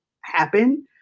happen